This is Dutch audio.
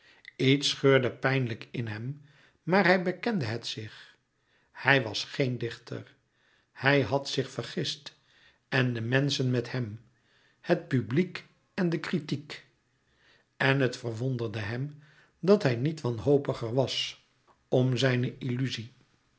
iets scheurde pijnlijk in hem maar hij bekende het zich hij was geen dichter hij had zich vergist en de menschen met hem het publiek en de kritiek en het verwonderde hem dat hij niet wanhopiger was om zijne illuzie